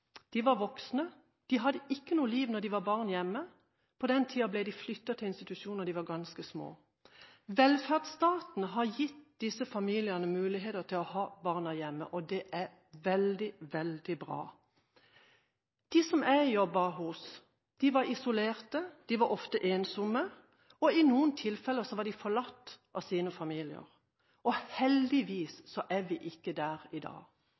De var voksne. De hadde ikke noe liv da de som barn var hjemme. På den tiden ble de flyttet på institusjon da de var ganske små. Velferdsstaten har gitt slike familier muligheten til å ha barna hjemme, og det er veldig, veldig bra. De som jeg jobbet med, var isolerte, de var ofte ensomme, og i noen tilfeller var de forlatt av sine familier. Heldigvis er vi ikke der i dag.